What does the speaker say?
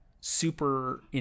super